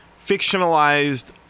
fictionalized